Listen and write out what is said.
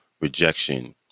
rejection